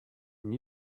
and